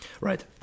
Right